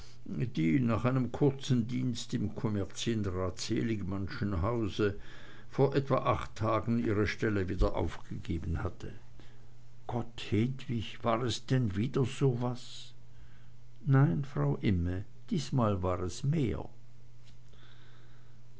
nach ganz kurzem dienst im kommerzienrat seligmannschen hause vor etwa acht tagen ihre stelle wieder aufgegeben hatte gott hedwig war es denn wieder so was nein frau imme diesmal war es mehr